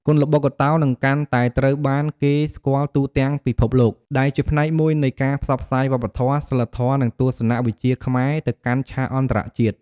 គុនល្បុក្កតោនឹងកាន់តែត្រូវបានគេស្គាល់ទូទាំងពិភពលោក ដែលជាផ្នែកមួយនៃការផ្សព្វផ្សាយវប្បធម៌ សីលធម៌ និងទស្សនវិជ្ជាខ្មែរទៅកាន់ឆាកអន្តរជាតិ។